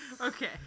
Okay